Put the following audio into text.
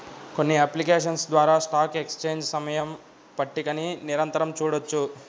కొన్ని అప్లికేషన్స్ ద్వారా stock exchange సమయ పట్టికని నిరంతరం చూడొచ్చు